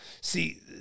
see